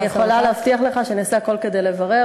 אני יכולה להבטיח לך שאני אעשה הכול כדי לברר